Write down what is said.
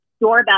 doorbell